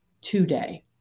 today